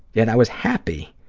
yet i was happy